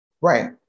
Right